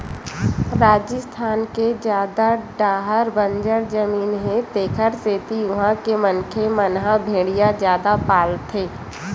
राजिस्थान के जादा डाहर बंजर जमीन हे तेखरे सेती उहां के मनखे मन ह भेड़िया जादा पालथे